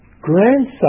grandson